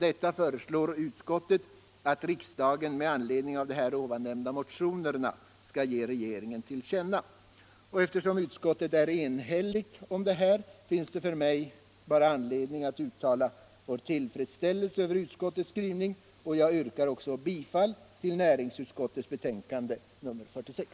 Detta föreslår utskottet att riksdagen med anledning av de nämnda motionerna skall ge regeringen till känna. Eftersom utskottet är enigt om detta finns det för mig bara anledning att uttala vår tillfredsställelse över utskottets skrivning. Jag yrkar bifall till näringsutskottets hemställan i betänkandet nr 46.